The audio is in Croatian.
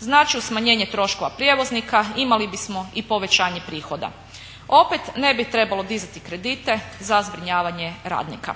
Znači uz smanjenje troškova prijevoznika imali bismo i povećanje prihoda. Opet ne bi trebalo dizati kredite za zbrinjavanje radnika.